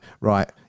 Right